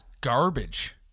Garbage